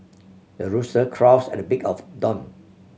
the rooster crows at the break of dawn